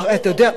הרי אתה יודע.